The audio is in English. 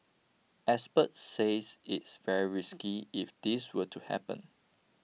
experts says it is very risky if this were to happen